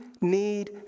need